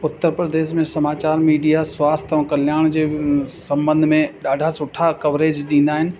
उत्तर प्रदेश में समाचार मीडिया स्वास्थ्य ऐं कल्याण जे संॿंध में ॾाढा सुठा कवरेज ॾींदा आहिनि